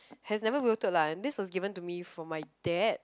has never wilted lah and this was given to me from my dad